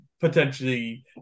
potentially